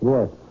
Yes